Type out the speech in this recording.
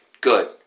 good